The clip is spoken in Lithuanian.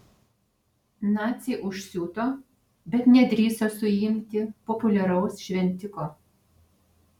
naciai užsiuto bet nedrįso suimti populiaraus šventiko